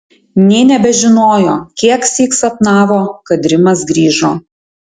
nė nebežinojo kieksyk sapnavo kad rimas grįžo